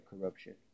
corruption